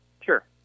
Sure